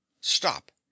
stop